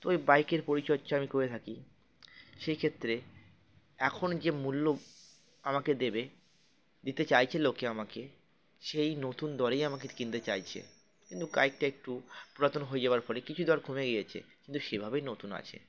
তো ওই বাইকের পরিচর্যা আমি করে থাকি সেই ক্ষেত্রে এখন যে মূল্য আমাকে দেবে দিতে চাইছে লোকে আমাকে সেই নতুন দরেই আমাকে কিনতে চাইছে কিন্তু বাইকটা একটু পুরাতন হয়ে যাওয়ার গেছে কিছু দর কমে গিয়েছে কিন্তু সেভাবেই নতুন আছে